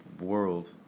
world